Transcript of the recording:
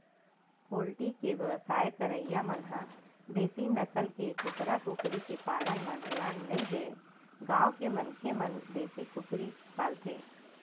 poultry के बेवसाय करइया मन ह देसी नसल के कुकरा कुकरी के पालन म धियान नइ देय गांव के मनखे मन देसी कुकरी पालथे